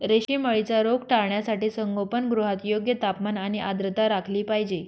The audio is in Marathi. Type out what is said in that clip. रेशीम अळीचा रोग टाळण्यासाठी संगोपनगृहात योग्य तापमान आणि आर्द्रता राखली पाहिजे